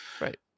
right